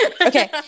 Okay